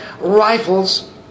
rifles